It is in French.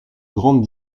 grandes